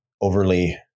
overly